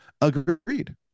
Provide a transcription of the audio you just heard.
Agreed